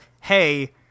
Hey